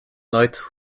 knight